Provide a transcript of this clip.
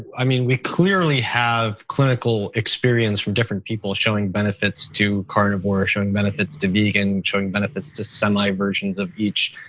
i mean we clearly have clinical experience from different people showing benefits to carnivore, showing benefits to vegan, showing benefits to semi versions of each.